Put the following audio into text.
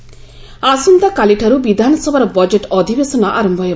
ବିଧାନସଭା ଆସନ୍ତାକାଲିଠାରୁ ବିଧାନସଭାର ବଜେଟ୍ ଅଧିବେଶନ ଆର ହେବ